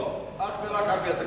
לא, אך ורק על-פי התקנון.